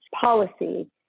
policy